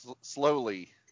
slowly